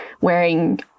wearing